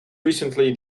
recently